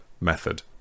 method